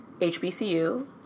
HBCU